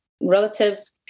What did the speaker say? relatives